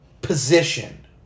position